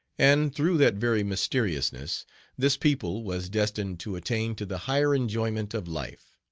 and through that very mysteriousness this people was destined to attain to the higher enjoyment of life.